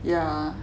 yeah